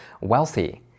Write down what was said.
wealthy